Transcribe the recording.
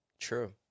true